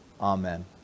amen